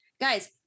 guys